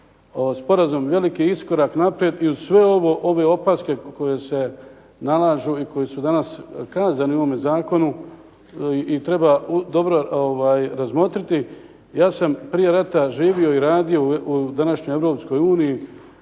sporazum veliki iskorak naprijed i uz sve ovo, ove opaske koje se nalažu i koje su danas kazane u ovome zakonu i treba dobro razmotriti. Ja sam prije rata živio i radio u današnjoj